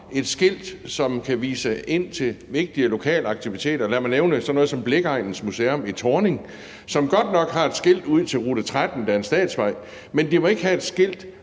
et skilt, der kan vise hen til vigtige lokale aktiviteter. Lad mig nævne sådan noget som Blicheregnens Museum i Thorning, som godt nok har et skilt ved rute 13, som er en statsvej, men de må ikke have et skilt